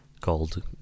called